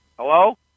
Hello